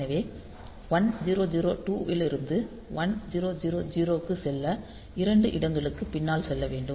எனவே 1002 இலிருந்து 1000 க்கு செல்ல இரண்டு இடங்களுக்குப் பின்னால் செல்ல வேண்டும்